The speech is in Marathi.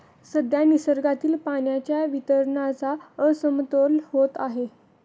सध्या निसर्गातील पाण्याच्या वितरणाचा असमतोल होत आहे